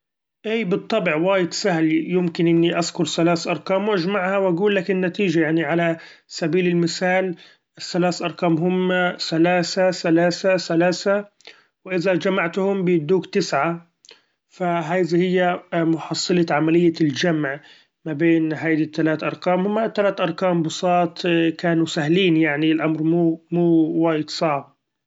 إي بالطبع وايد سهلة يمكن إني أذكر ثلاث ارقام واچمعها واقولك النتيچة ، يعني على سبيل المثال الثلاث ارقام هما ثلاثة ثلاثة ثلاثة وإذا چمعتهم بيدوك تسعة ، فهاذي هي محصلة عملية الچمع ما بين هيدي التلات ارقام هما تلات ارقام بساط كانوا سهلين يعني الامر م- مو وايد صعب.